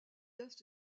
est